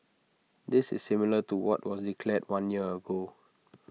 this is similar to what was declared one year ago